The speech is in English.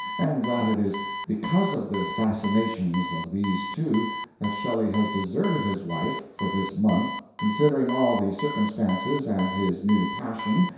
and that it is because of the fascinations of these two that shelley has deserted his wife for this month, considering all the circumstances, and his new passion,